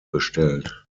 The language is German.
bestellt